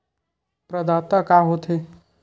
प्रदाता का हो थे?